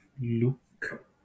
look